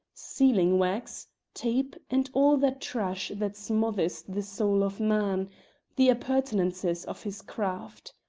sealing-wax, tape, and all that trash that smothers the soul of man the appurtenances of his craft.